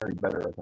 better